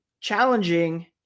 challenging